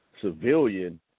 civilian